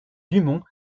dumont